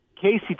Casey